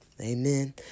amen